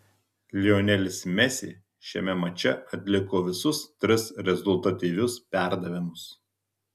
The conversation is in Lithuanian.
lionelis messi šiame mače atliko visus tris rezultatyvius perdavimus